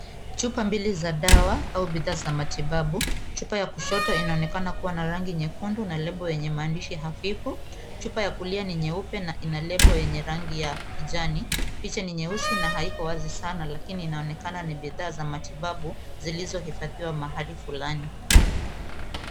Chupa mbili za dawa au vita za matibabu. Chupa ya kushoto inaonekana kuwa na rangi nyekundu na lebo yenye maandishi hafifu. Chupa ya kulia ni nyeupe na ina lebo yenye rangi ya kijani. Picha ni nyeusi na haiko wazi sana lakini inaonekana ni bidhaa za matibabu zilizohifadhiwa mahali fulani.